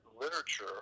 literature